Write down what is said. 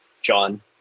John